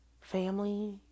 family